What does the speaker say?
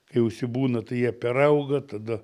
kai užsibūna tai jie perauga tada